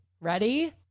Ready